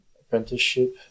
Apprenticeship